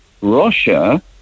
russia